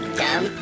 dumb